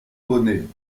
bonnet